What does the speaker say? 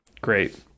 Great